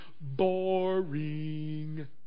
boring